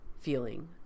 feeling